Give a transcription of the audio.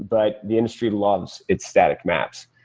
but the industry loves it static maps.